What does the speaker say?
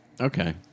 Okay